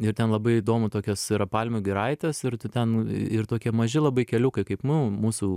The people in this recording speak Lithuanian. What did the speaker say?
ir ten labai įdomu tokios yra palmių giraitės ir tu ten ir tokie maži labai keliukai kaip nu mūsų